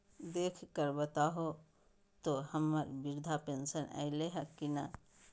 देख कर बताहो तो, हम्मर बृद्धा पेंसन आयले है की नय?